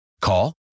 Call